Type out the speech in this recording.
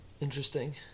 Interesting